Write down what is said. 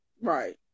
right